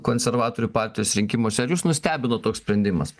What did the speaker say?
konservatorių partijos rinkimuose ar jus nustebino toks sprendimas